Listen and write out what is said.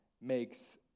makes